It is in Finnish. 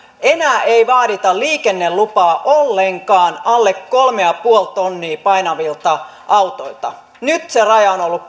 enää ei vaadita liikennelupaa ollenkaan alle kolme pilkku viisi tonnia painavilta autoilta nyt se raja on ollut